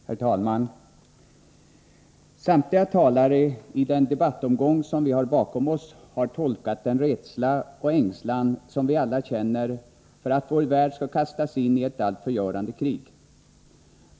Herr talman! Samtliga talare i den debattomgång som vi har bakom oss har tolkat den rädsla och ängslan som vi alla känner för att vår värld skall kastas in i ett allt förgörande krig.